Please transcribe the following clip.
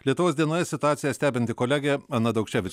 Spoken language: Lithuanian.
lietuvos dienoje situaciją stebinti kolegė ana daukševič